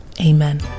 Amen